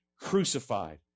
crucified